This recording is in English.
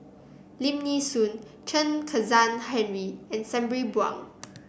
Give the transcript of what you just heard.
Lim Nee Soon Chen Kezhan Henri and Sabri Buang